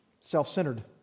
self-centered